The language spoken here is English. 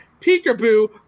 peekaboo